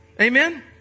Amen